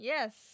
Yes